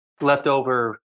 leftover